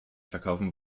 verkaufen